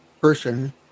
person